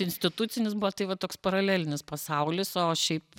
institucinis buvo tai va toks paralelinis pasaulis o šiaip